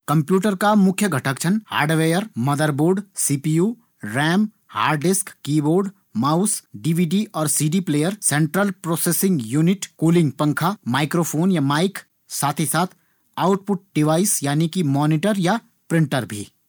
कंप्यूटर का मुख्य घटक छन hardware, motherboard, CPU, RAM, keyboard, CD player, central processing unit, hard disk, microphone या माइक, माउस, डीवीडी, कूलिंग पंखा साथ ही साथ आउटपुट डिवाइस यानि कि मॉनिटर या प्रिंटर।